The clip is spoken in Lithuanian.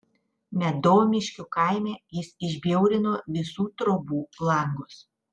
medomiškių kaime jis išbjaurino visų trobų langus